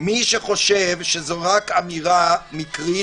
מי שחושב שזאת רק אמירה מקרית,